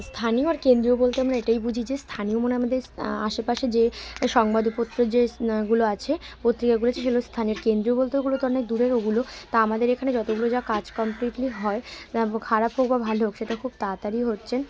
স্থানীয় আর কেন্দ্রীয় বলতে আমরা এটাই বুঝি যে স্থানীয় মনে আমাদের আশেপাশে যে সংবাদপত্র যেগুলো আছে পত্রিকাগুলো আছে সেগুলো স্থানীয় আর কেন্দ্রীয় বলতে ওগুলো তো অনেক দূরের ওগুলো তা আমাদের এখানে যতগুলো যা কাজ কমপ্লিটলি হয় তা খারাপ হোক বা ভালো হোক সেটা খুব তাড়াতাড়ি হচ্ছে